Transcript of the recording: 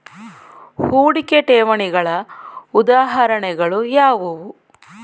ಹೂಡಿಕೆ ಠೇವಣಿಗಳ ಉದಾಹರಣೆಗಳು ಯಾವುವು?